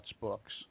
books